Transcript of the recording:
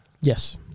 Yes